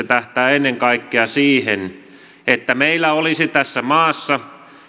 tähtää ennen kaikkea siihen että meillä olisi tässä maassa